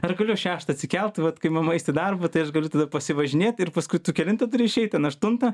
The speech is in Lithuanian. ar galiu aš šeštą atsikelt vat kai mama eis į darbą tai aš galiu pasivažinėt ir paskui tu kelintą turi išeit ten aštuntą